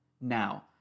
now